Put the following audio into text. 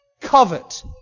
covet